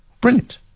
Brilliant